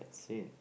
same